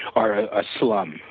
are ah slum,